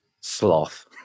sloth